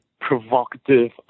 provocative